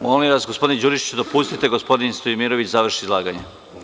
Molim vas, gospodine Đurišiću, dopustite da gospodin Stojmirović završi izlaganje.